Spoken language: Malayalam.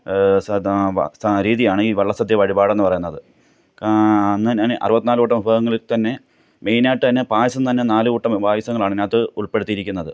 സാരഥിയാണ് ഈ വള്ളസദ്യ വഴിപാടെന്ന് പറയുന്നത് അന്ന് അങ്ങനെ അറുപത്തിനാലു കൂട്ടം വിഭവങ്ങളില് തന്നെ മെയിന് ആയിട്ട് തന്നെ പായസം തന്നെ നാലുകൂട്ടം പായസങ്ങളാണ് ഇതിനകത്ത് ഉള്പ്പെടുത്തിയിരിക്കുന്നത്